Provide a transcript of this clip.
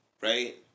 right